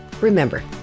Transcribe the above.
Remember